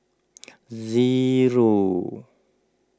zero